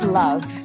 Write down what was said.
love